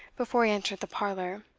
before he entered the parlour.